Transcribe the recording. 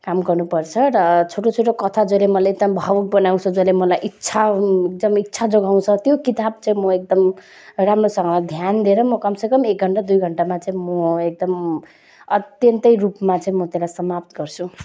काम गर्नुपर्छ र छोटो छोटो कथा जसले मलाई एकदम भावुक बनाउँछ जसले मलाई इच्छा जम्मै इच्छा जगाउँछ त्यो किताब चाहिँ म एकदम राम्रोसँग ध्यान दिएर म कमसेकम एक घन्टा दुई घन्टामा चाहिँ म एकदम अत्यन्तै रूपमा चाहिँ म त्यसलाई समाप्त गर्छु